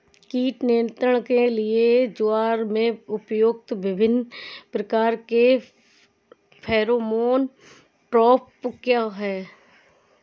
कीट नियंत्रण के लिए ज्वार में प्रयुक्त विभिन्न प्रकार के फेरोमोन ट्रैप क्या है?